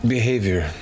Behavior